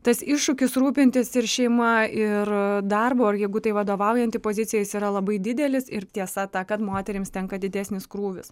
tas iššūkis rūpintis ir šeima ir darbu ar jeigu tai vadovaujanti pozicija jis yra labai didelis ir tiesa ta kad moterims tenka didesnis krūvis